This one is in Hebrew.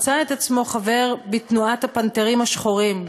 מצא את עצמו חבר בתנועת "הפנתרים השחורים".